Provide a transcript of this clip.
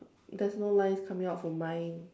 there's no lines coming out from mine